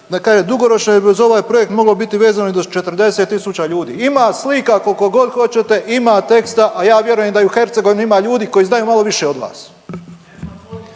onda kaže dugoročno bi uz ovaj projekt moglo biti vezano i do 40 tisuća ljudi, ima slika koliko god hoćete, ima teksta, a ja vjerujem da i u Hercegovini ima ljudi koji znaju malo više od vas.